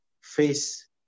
face